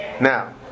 Now